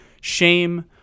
shame